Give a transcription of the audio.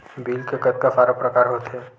Bill के कतका सारा प्रकार होथे?